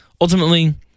Ultimately